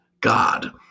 God